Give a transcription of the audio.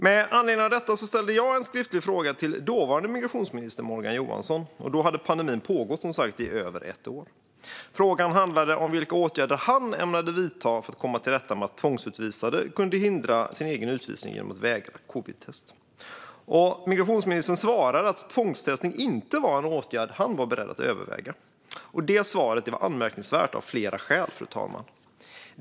Med anledning av detta ställde jag en skriftlig fråga till dåvarande migrationsministern Morgan Johansson. Och då hade pandemin pågått i över ett år. Frågan handlade om vilka åtgärder han ämnade vidta för att komma till rätta med att tvångsutvisade kunde hindra sin egen utvisning genom att vägra covidtest. Migrationsministern svarade att tvångstestning inte var en åtgärd han var beredd att överväga. Det svaret, fru talman, var anmärkningsvärt av flera skäl.